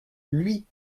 lui